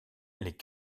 les